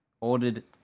ordered